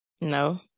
No